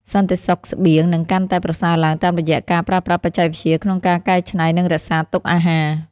សន្តិសុខស្បៀងនឹងកាន់តែប្រសើរឡើងតាមរយៈការប្រើប្រាស់បច្ចេកវិទ្យាក្នុងការកែច្នៃ និងរក្សាទុកអាហារ។